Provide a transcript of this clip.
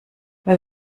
wer